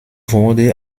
wurde